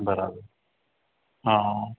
बराबरि हा